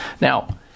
now